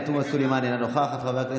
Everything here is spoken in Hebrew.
בכוחכם.